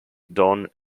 don